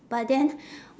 but then